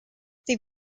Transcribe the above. they